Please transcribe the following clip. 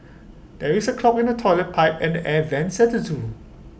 there is A clog in the Toilet Pipe and air Vents at the Zoo